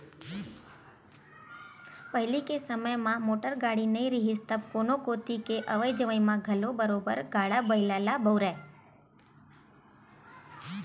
पहिली के समे म मोटर गाड़ी नइ रिहिस तब कोनो कोती के अवई जवई म घलो बरोबर गाड़ा बइला ल बउरय